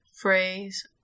phrase